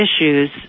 issues